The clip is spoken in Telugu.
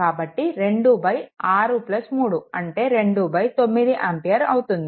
కాబట్టి 2 63 అంటే 29 ఆంపియర్ అవుతుంది